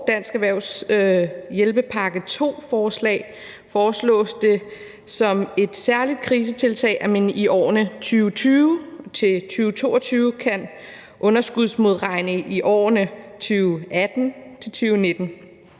til en hjælpepakke to, foreslås det som et særligt krisetiltag, at man i årene 2020-2022 kan underskudsmodregne i årene 2018-2019,